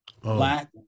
Black